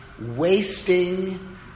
wasting